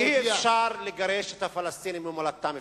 אי-אפשר לגרש את הפלסטינים ממולדתם.